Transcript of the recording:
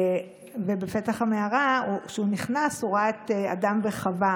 בפתח המערה, כשהוא נכנס, הוא ראה את אדם וחווה